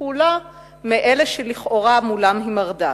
פעולה מאלה שלכאורה מולם היא מרדה,